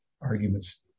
arguments